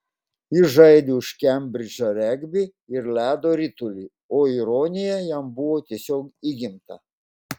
jis žaidė už kembridžą regbį ir ledo ritulį o ironija jam buvo tiesiog įgimta